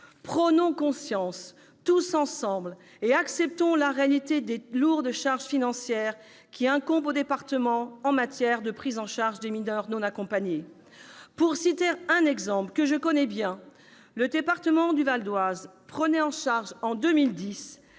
Prenons conscience tous ensemble, pour l'accepter, de la réalité des lourdes charges financières qui incombent aux départements en matière de prise en charge des mineurs non accompagnés. Pour citer un exemple que je connais bien, en 2010, le département du Val-d'Oise prenait en charge 80